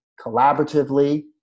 collaboratively